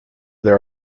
there